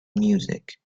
music